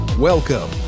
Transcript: Welcome